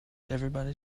everybody